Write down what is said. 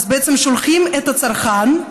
שולחים את הצרכן,